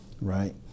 right